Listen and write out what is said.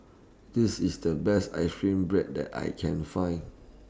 This IS The Best Ice Cream Bread that I Can Find